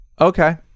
Okay